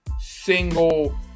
single